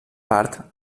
part